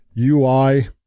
UI